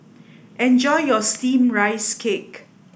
enjoy your steamed rice cake